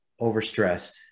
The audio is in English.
overstressed